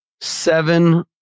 seven